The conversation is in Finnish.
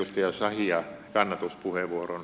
arvoisa puhemies